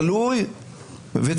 הכול גלוי וצפוי,